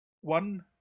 one